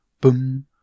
boom